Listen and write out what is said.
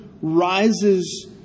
rises